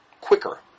quicker